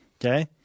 Okay